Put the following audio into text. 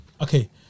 okay